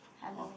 hello